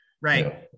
Right